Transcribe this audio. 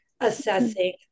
assessing